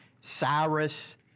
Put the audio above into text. Cyrus